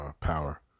power